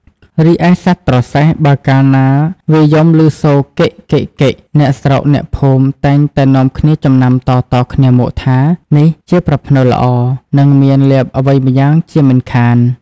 រីឯសត្វត្រសេះ បើកាលណាវាយំឮសូរ កិក ! កិក ! កិក ! អ្នកស្រុកអ្នកភូមិតែងតែនាំគ្នាចំណាំតៗគ្នាមកថា នេះជាប្រផ្នូលល្អ នឹងមានលាភអ្វីម្យ៉ាងជាមិនខាន។